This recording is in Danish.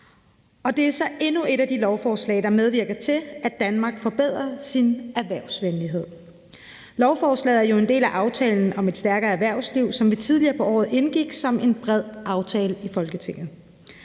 Det er så endnu et af de lovforslag, der medvirker til, at Danmark forbedrer sin erhvervsvenlighed. Lovforslaget er jo en del af »Aftale om Et stærkere erhvervsliv«, som vi tidligere på året indgik som en bred aftale i Folketinget.